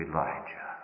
Elijah